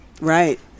Right